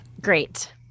Great